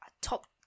top